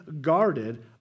guarded